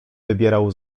wybierał